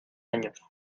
años